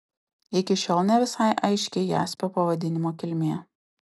iki šiol ne visai aiški jaspio pavadinimo kilmė